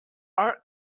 are